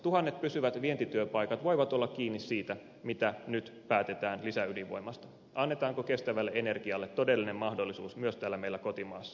tuhannet pysyvät vientityöpaikat voivat olla kiinni siitä mitä nyt päätetään lisäydinvoimasta annetaanko kestävälle energialle todellinen mahdollisuus myös täällä meillä kotimaassa